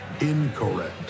Incorrect